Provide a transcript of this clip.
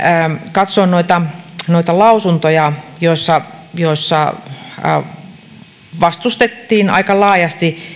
katsoin noita noita lausuntoja joissa vastustettiin aika laajasti